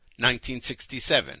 1967